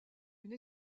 une